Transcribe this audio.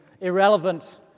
irrelevant